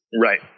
Right